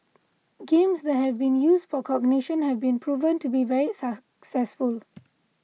games that have been used for cognition have proven to be very successful